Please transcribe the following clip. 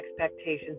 expectations